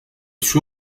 suo